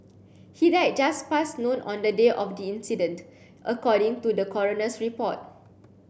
he died just past noon on the day of the incident according to the coroner's report